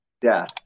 death